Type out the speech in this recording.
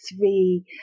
three